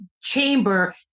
chamber